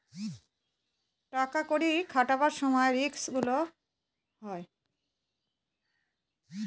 টাকা কড়ি খাটাবার সময় রিস্ক গুলো হয়